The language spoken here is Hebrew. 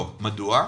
לא, מדוע?